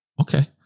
Okay